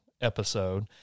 episode